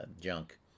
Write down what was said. junk